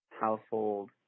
household